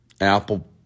Apple